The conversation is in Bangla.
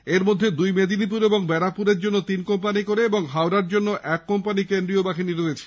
এর মধ্যে দুই মেদিনীপুর ও ব্যারাকপুরের জন্য তিন কোম্পানী করে এবং হাওড়ার জন্য এক কোম্পানী কেন্দ্রীয় বাহিনী রয়েছে